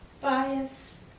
Bias